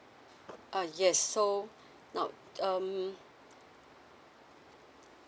uh yes so now um